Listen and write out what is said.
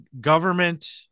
government